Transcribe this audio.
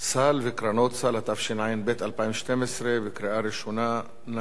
סל וקרנות סל), התשע"ב 2012, בקריאה ראשונה.